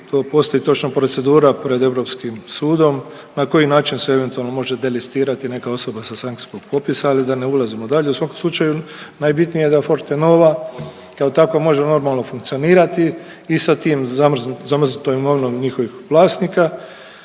to postoji točno procedura pred Europskim sudom na koji način se eventualno može delistirati neka osoba sa sankcijskog popisa, ali da ne ulazimo dalje. U svakom slučaju najbitnije je da Fortenova kao takva može normalno funkcionirati i sa tim zamrznutom imovinom njihovih vlasnika